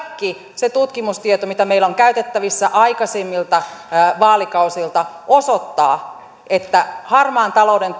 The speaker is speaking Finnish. kaikki se tutkimustieto mitä meillä on käytettävissä aikaisemmilta vaalikausilta osoittaa että harmaan talouden